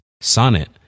Sonnet